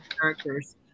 characters